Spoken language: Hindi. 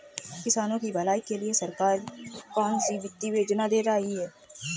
किसानों की भलाई के लिए सरकार कौनसी वित्तीय योजना दे रही है?